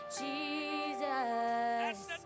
Jesus